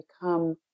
become